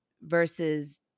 versus